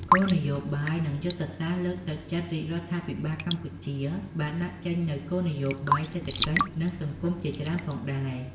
គោលនយោបាយនិងយុទ្ធសាស្រ្តលើកទឹកចិត្តរាជរដ្ឋាភិបាលកម្ពុជា បានដាក់ចេញនូវគោលនយោបាយសេដ្ឋកិច្ច និងសង្គមជាច្រើនផងដែរ។